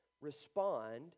respond